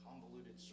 convoluted